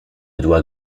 doit